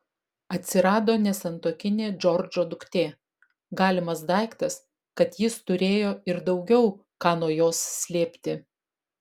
atsirado nesantuokinė džordžo duktė galimas daiktas kad jis turėjo ir daugiau ką nuo jos slėpti